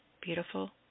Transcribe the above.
Beautiful